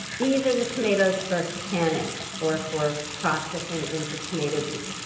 these are the tomatoes for canning or for processing into tomato juice.